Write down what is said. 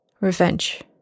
revenge